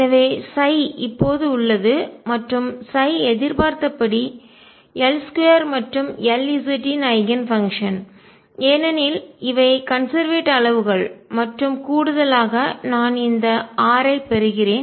எனவே இப்போது உள்ளது மற்றும் எதிர்பார்த்தபடி L2 மற்றும் Lz யின் ஐகன் பங்ஷன் ஏனெனில் இவை கன்செர்வேட் அளவுகள் மற்றும் கூடுதலாக நான் இந்த r ஐ பெறுகிறேன்